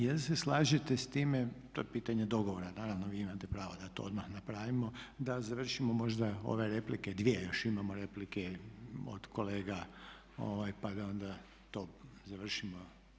Jel se slažete s time, to je pitanje dogovora, naravno vi imate pravo da to odmah napravimo, da završimo možda ove replike dvije još imamo replike, od kolega pa da onda to završimo.